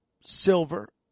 silver